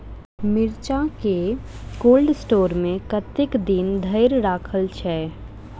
मिर्चा केँ cold store मे कतेक दिन धरि राखल छैय?